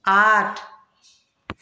आठ